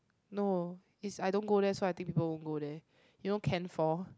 no is I don't go there so I think people won't go there you know can four